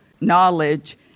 knowledge